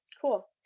cool